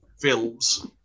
films